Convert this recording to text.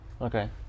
okay